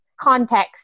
context